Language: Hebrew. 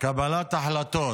קבלת החלטות.